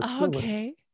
Okay